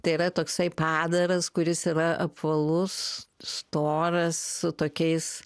tai yra toksai padaras kuris yra apvalus storas su tokiais